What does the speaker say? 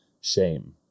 Shame